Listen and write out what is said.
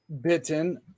bitten